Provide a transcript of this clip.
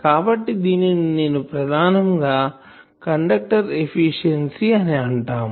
కాబట్టి దీనిని నేను ప్రధానం గా కండక్టర్ ఎఫిషియన్సీ అని అంటాము